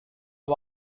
out